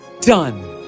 Done